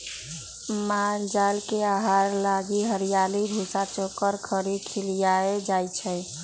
माल जाल के आहार लागी हरियरी, भूसा, चोकर, खरी खियाएल जाई छै